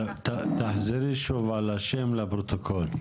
תחזרי שוב על השם לפרוטוקול.